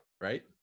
Right